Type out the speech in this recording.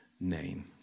name